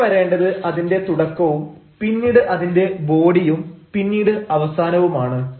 പിന്നെ വരേണ്ടത് അതിന്റെ തുടക്കവും പിന്നീട് അതിന്റെ ബോഡിയും പിന്നീട് അവസാനവും ആണ്